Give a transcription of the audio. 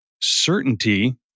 certainty